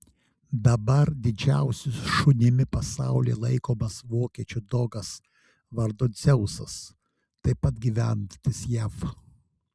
dabar didžiausiu šunimi pasaulyje laikomas vokiečių dogas vardu dzeusas taip pat gyvenantis jav